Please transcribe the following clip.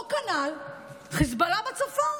אותו כנ"ל חיזבאללה בצפון.